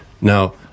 now